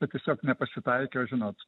tiesiog nepasitaikė o žinot